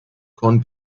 cohn